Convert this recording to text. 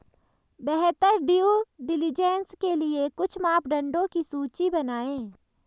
बेहतर due diligence के लिए कुछ मापदंडों की सूची बनाएं?